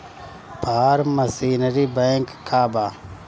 Form machinery bank का बा?